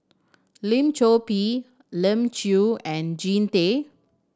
Lim Chor Pee Elim Chew and Jean Tay